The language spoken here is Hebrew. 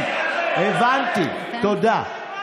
במקום.